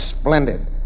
splendid